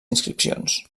inscripcions